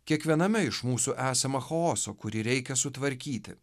kiekviename iš mūsų esama chaoso kurį reikia sutvarkyti